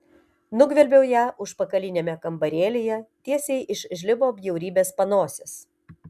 nugvelbiau ją užpakaliniame kambarėlyje tiesiai iš žlibo bjaurybės panosės